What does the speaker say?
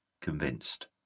convinced